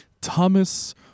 Thomas